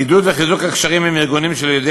עידוד וחיזוק הקשרים עם ארגונים של יהודי